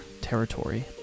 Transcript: territory